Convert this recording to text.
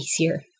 easier